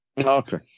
Okay